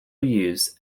use